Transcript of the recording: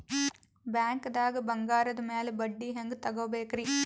ಬ್ಯಾಂಕ್ದಾಗ ಬಂಗಾರದ್ ಮ್ಯಾಲ್ ಬಡ್ಡಿ ಹೆಂಗ್ ತಗೋಬೇಕ್ರಿ?